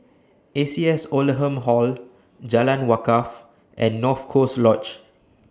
A C S Oldham Hall Jalan Wakaff and North Coast Lodge